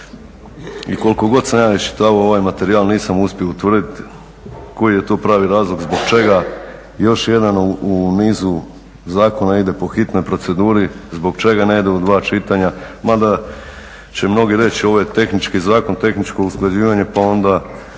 i koliko god sam ja iščitavao ovaj materijal nisam uspio utvrditi koji je to pravi razlog zbog čega još jedan i nizu zakona ide po hitnoj proceduri, zbog čega ne ide u dva čitanja, ma da će mnogi reći ovo je tehnički zakon, tehničko usklađivanje pa onda